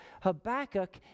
Habakkuk